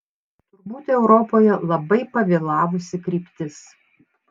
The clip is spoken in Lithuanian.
turbūt europoje labai pavėlavusi kryptis